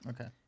Okay